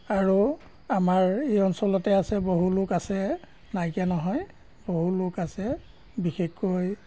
আৰু আমাৰ এই অঞ্চলতে আছে বহু লোক আছে নাইকিয়া নহয় বহু লোক আছে বিশেষকৈ